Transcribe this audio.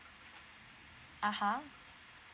(uh huh)